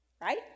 right